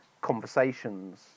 conversations